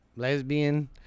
Lesbian